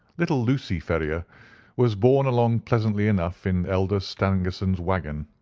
little lucy ferrier was borne along pleasantly enough in elder stangerson's waggon,